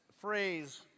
phrase